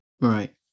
right